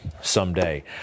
someday